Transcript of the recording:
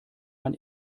man